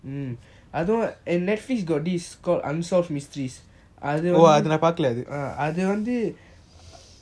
அதுவும்:athuvum and netflix got this show called unsolved mysteries அது வந்து அது வந்து:athu vanthu athu vanthu